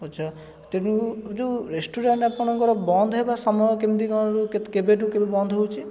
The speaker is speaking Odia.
ଆଛା ତେଣୁ ଏ ଯେଉଁ ରେଷ୍ଟୁରାଣ୍ଟ ଆପଣଙ୍କର ବନ୍ଦ ହେବା ସମୟ କେମିତି କଣ କେବେଠୁ କେବେ ବନ୍ଦ ହେଉଛି